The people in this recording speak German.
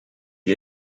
ihr